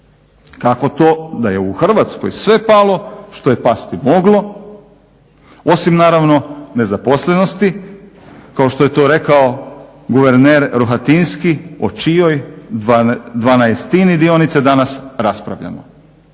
Kako to da je u Hrvatskoj sve palo što je pasti moglo, osim naravno nezaposlenosti, kao što je to rekao guverner Rohatinski, o čijoj dvanaestini dionice danas raspravljamo?